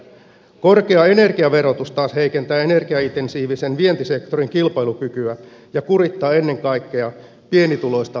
korkea energiaverotus taas heikentää energiaintensiivisen vientisektorin kilpailukykyä ja kurittaa ennen kaikkea pienituloista kansanosaa